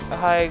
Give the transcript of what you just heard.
hi